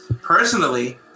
personally